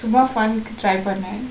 சும்மா:summa fun try பன்ன:panne